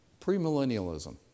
premillennialism